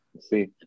See